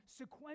sequentially